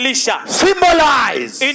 symbolize